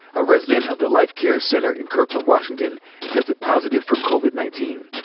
a resident of the life care center in kirkland, washington tested positive for covid nineteen.